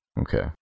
Okay